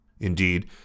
Indeed